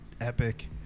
epic